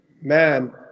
man